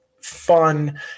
fun